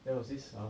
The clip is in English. there was this ah